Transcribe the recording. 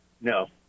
No